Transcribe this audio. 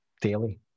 daily